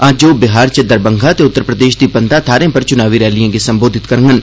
अज्ज ओह् बिहार च दरमंगा ते उत्तर प्रदेश दी बंदा थाहरें पर चुनावी रैलिएं गी संबोधित करङन